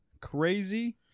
crazy